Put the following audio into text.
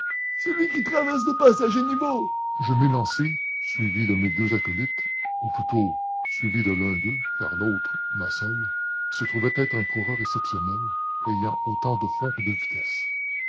celui qui traverse le passage à niveau je m'élançai suivi de mes deux acolytes ou plutôt suivi de l'un d'eux car l'autre massol se trouvait être un coureur exceptionnel ayant autant de fond que de vitesse